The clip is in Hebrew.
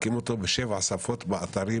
באתרים.